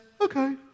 okay